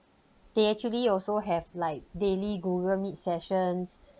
they actually also have like daily google meet sessions